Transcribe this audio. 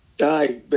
Aye